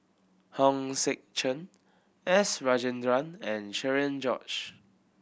Hong Sek Chern S Rajendran and Cherian George